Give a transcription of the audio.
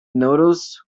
noodles